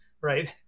Right